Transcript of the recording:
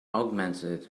augmented